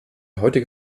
heutige